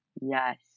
Yes